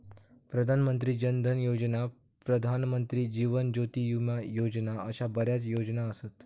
प्रधान मंत्री जन धन योजना, प्रधानमंत्री जीवन ज्योती विमा योजना अशा बऱ्याच योजना असत